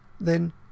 Then